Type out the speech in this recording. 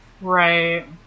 Right